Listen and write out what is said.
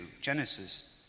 Genesis